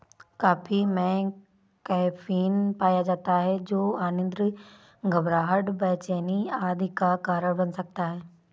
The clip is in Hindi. कॉफी में कैफीन पाया जाता है जो अनिद्रा, घबराहट, बेचैनी आदि का कारण बन सकता है